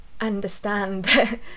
understand